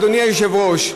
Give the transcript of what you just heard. אדוני היושב-ראש,